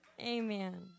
Amen